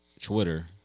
Twitter